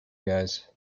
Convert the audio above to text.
guys